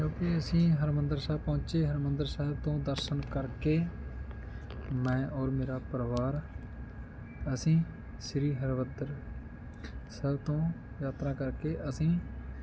ਜੋ ਕਿ ਅਸੀਂ ਹਰਿਮੰਦਰ ਸਾਹਿਬ ਪਹੁੰਚੇ ਹਰਿਮੰਦਰ ਸਾਹਿਬ ਤੋਂ ਦਰਸ਼ਨ ਕਰਕੇ ਮੈਂ ਔਰ ਮੇਰਾ ਪਰਿਵਾਰ ਅਸੀਂ ਸ਼੍ਰੀ ਹਰਿਮੰਦਰ ਸਾਹਿਬ ਤੋਂ ਯਾਤਰਾ ਕਰਕੇ ਅਸੀਂ